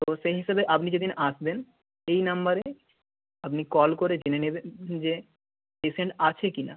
তো সেই হিসেবে আপনি যেদিন আসবেন এই নম্বরে আপনি কল করে জেনে নেবেন যে পেশেন্ট আছে কি না